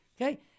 Okay